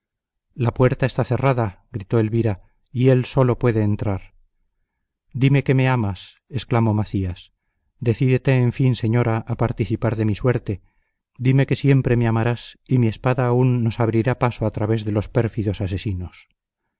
la puerta está cerrada gritó elvira y él sólo puede entrar dime que me amas exclamó macías decídete en fin señora a participar de mi suerte dime que siempre me amarás y mi espada aún nos abrirá paso al través de los pérfidos asesinos